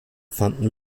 fanden